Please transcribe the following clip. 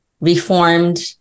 reformed